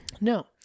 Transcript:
No